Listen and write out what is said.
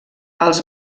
als